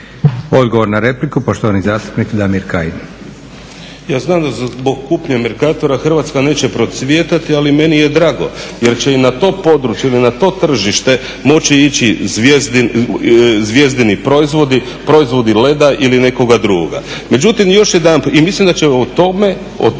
Odgovor na repliku poštovani zastupnik Damir Kajin.